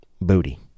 booty